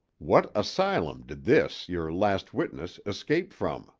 what asylum did this yer last witness escape from